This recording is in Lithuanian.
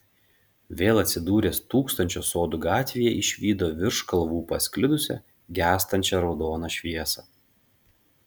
vėl atsidūręs tūkstančio sodų gatvėje išvydo virš kalvų pasklidusią gęstančią raudoną šviesą